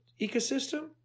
ecosystem